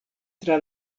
tra